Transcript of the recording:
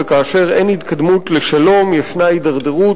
וכאשר אין התקדמות לשלום ישנה הידרדרות,